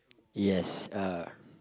yes uh